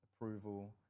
approval